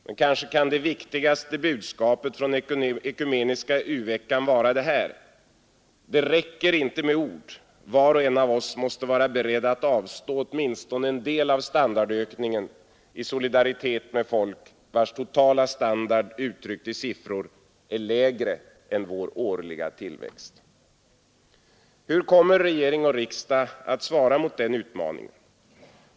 Men kanske kan det viktigaste budskapet från den ekumeniska u-veckan vara detta: Det räcker inte med ord, var och en av oss måste vara beredd att avstå åtminstone en del av standardökningen i solidaritet med folk vars totala standard uttryckt i siffror är lägre än vår årliga tillväxt. Hur kommer regering och riksdag att svara mot den utmaningen?